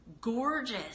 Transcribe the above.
gorgeous